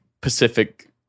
Pacific